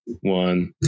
one